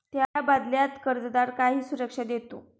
त्या बदल्यात कर्जदार काही सुरक्षा देतो